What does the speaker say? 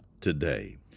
today